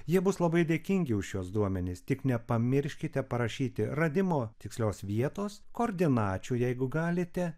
jie bus labai dėkingi už šiuos duomenis tik nepamirškite parašyti radimo tikslios vietos koordinačių jeigu galite